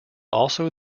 also